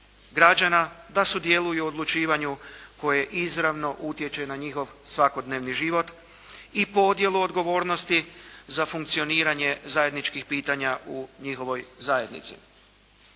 građana da sudjeluju u odlučivanju koje izravno utječe na njihov svakodnevni životi i podjelu odgovornosti za funkcioniranje zajedničkih pitanja u njihovoj zajednici.